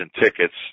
tickets